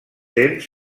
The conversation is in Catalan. temps